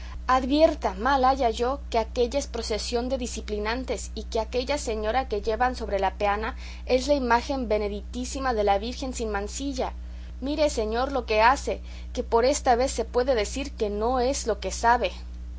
advierta mal haya yo que aquélla es procesión de diciplinantes y que aquella señora que llevan sobre la peana es la imagen benditísima de la virgen sin mancilla mire señor lo que hace que por esta vez se puede decir que no es lo que sabe